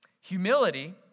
Humility